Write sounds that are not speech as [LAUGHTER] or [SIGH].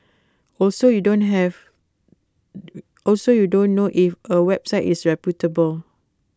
also you don't have [NOISE] also you don't know if A website is reputable